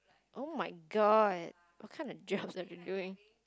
oh-my-god what kind of jobs are they doing